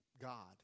God